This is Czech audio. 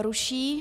Ruší.